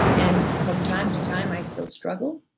and from time to time i still struggle,